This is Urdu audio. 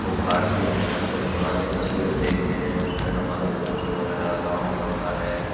ابھارتی ہیں ہم جب پرانی تصویر دیکھتے ہیں اس میں ہمارے دوست وغیرہ گاؤں ہوتا ہے